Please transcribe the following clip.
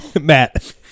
Matt